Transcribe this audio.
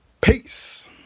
Peace